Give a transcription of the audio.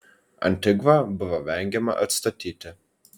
antigvą buvo vengiama atstatyti